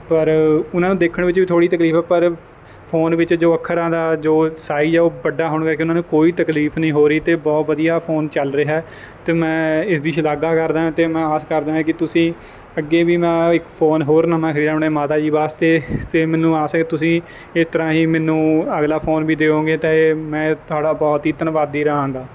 ਪਰ ਉਹਨਾਂ ਨੂੰ ਦੇਖਣ ਵਿੱਚ ਵੀ ਥੋੜੀ ਤਕਲੀਫ਼ ਐ ਪਰ ਫੋਨ ਵਿੱਚ ਜੋ ਅੱਖਰਾਂ ਦਾ ਜੋ ਸਾਈਜ਼ ਐ ਉਹ ਵੱਡਾ ਹੋਣ ਕਰਕੇ ਉਹਨਾਂ ਨੂੰ ਕੋਈ ਤਕਲੀਫ਼ ਨੀ ਹੋ ਰਹੀ ਤੇ ਬਹੁਤ ਵਧੀਆ ਫੋਨ ਚੱਲ ਰਿਹਾ ਤੇ ਮੈਂ ਇਸਦੀ ਸ਼ਲਾਘਾ ਕਰਦਾ ਹਾਂ ਤੇ ਮੈਂ ਆਸ ਕਰਦਾ ਹਾਂ ਕੀ ਤੁਸੀਂ ਅੱਗੇ ਵੀ ਮੈਂ ਇੱਕ ਫੋਨ ਹੋਰ ਨਵਾਂ ਖਰਦੀਣਾ ਆਪਣੇ ਮਾਤਾ ਜੀ ਵਾਸਤੇ ਤੇ ਮੈਨੂੰ ਆਸ ਐ ਤੁਸੀਂ ਇਸ ਤਰ੍ਹਾਂ ਹੀ ਮੈਨੂੰ ਅਗਲਾ ਫੋਨ ਵੀ ਦੇਓਗੇ ਤਾਂ ਇਹ ਮੈਂ ਤੁਹਾਡਾ ਬਹੁਤ ਈ ਧੰਨਵਾਦੀ ਰਹਾਂਗਾ